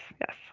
yes